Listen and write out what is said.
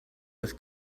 with